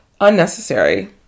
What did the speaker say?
unnecessary